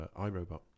iRobot